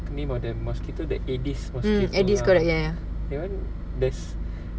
name of the mosquito the aedes mosquito that one there's